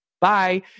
Bye